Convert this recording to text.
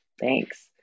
thanks